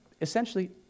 essentially